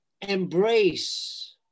embrace